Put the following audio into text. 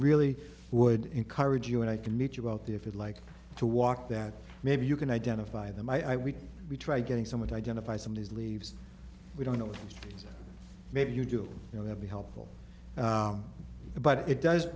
really would encourage you and i can meet you about the if you'd like to walk that maybe you can identify them i think we try getting someone to identify some of these leaves we don't know maybe you do you know they'll be helpful but it does